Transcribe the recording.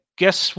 guess